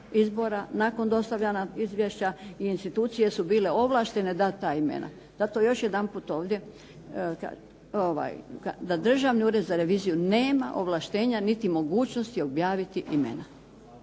izbora, nakon dostavljanja izvješća i institucije su bile ovlaštene dati ta imena. Zato još jedanput ovdje kažem da Državni ured za reviziju nema ovlaštenja niti mogućnosti objaviti imena.